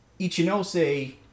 Ichinose